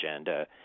agenda